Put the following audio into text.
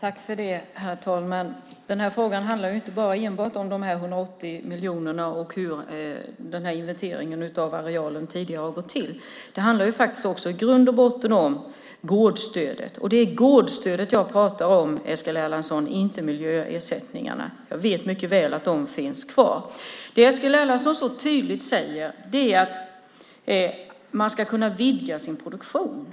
Herr talman! Den här frågan handlar inte enbart om de 180 miljonerna och hur inventeringen av arealen tidigare har gått till. Den handlar i grund och botten också om gårdsstödet. Och det är gårdsstödet jag pratar om, Eskil Erlandsson, inte miljöersättningarna - jag vet mycket väl att de finns kvar. Det Eskil Erlandsson så tydligt säger är att man ska kunna vidga sin produktion.